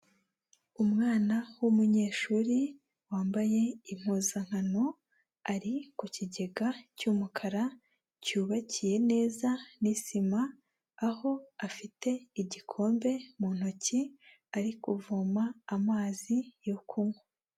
Umwana w'umunyeshuri wambaye impuzankano, ari ku kigega cy'umukara cyubakiye neza n'isima, aho afite igikombe mu ntoki ari kuvoma amazi yo kunywa.